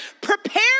prepare